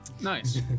Nice